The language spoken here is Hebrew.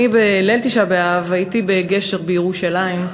ואני, בליל תשעה באב הייתי ב"גשר" בירושלים,